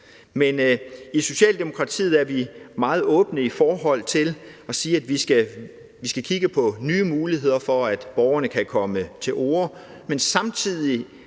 Men i Socialdemokratiet er vi meget åbne i forhold til at sige, at vi skal kigge på nye muligheder for, at borgerne kan komme til orde, men vi